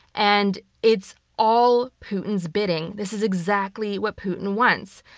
and it's all putin's bidding. this is exactly what putin wants.